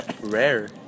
Rare